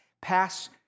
pass